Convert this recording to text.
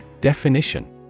Definition